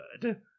good